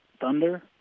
Thunder